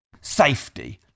safety